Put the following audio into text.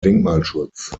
denkmalschutz